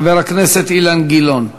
חבר הכנסת אילן גילאון.